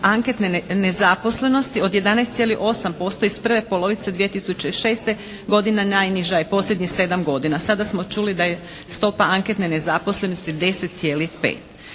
anketne nezaposlenosti od 11,8% iz prve polovice 2006. godine najniža je u posljednjih 7 godina. Sada smo čuli da je stopa anketne nezaposlenosti 10,5.